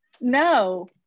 No